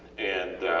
and